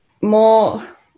more